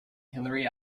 hilary